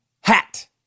hat